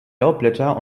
laubblätter